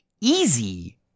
easy